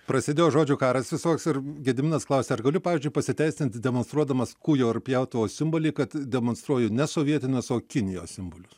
prasidėjo žodžių karas visoks ir gediminas klausia ar galiu pavyzdžiui pasiteisint demonstruodamas kūjo ir pjautuvo simbolį kad demonstruoju ne sovietinius o kinijos simbolius